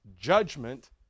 judgment